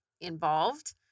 involved